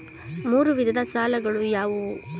ಮೂರು ವಿಧದ ಸಾಲಗಳು ಯಾವುವು?